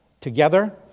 Together